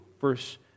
Verse